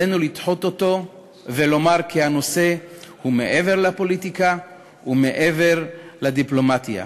עלינו לדחות אותו ולומר כי הנושא הוא מעבר לפוליטיקה ומעבר לדיפלומטיה,